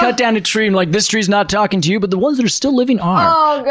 ah down a tree, and like, this tree's not talking to you, but the ones that are still living are. oh god.